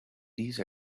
these